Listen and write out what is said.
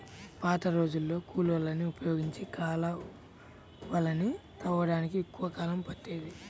పాతరోజుల్లో కూలోళ్ళని ఉపయోగించి కాలవలని తవ్వడానికి ఎక్కువ కాలం పట్టేది